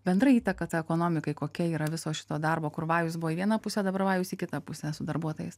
bendra įtaka ta ekonomikai kokia yra viso šito darbo kur vajus buvo į vieną pusę dabar vajus į kitą pusę su darbuotojais